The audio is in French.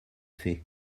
faits